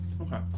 Okay